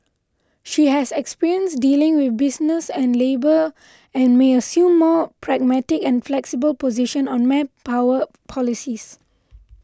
she has experience dealing with business and labour and may assume more pragmatic and flexible position on manpower policies